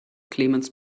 clemens